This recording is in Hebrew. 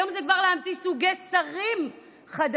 היום זה כבר להמציא סוגי שרים חדשים.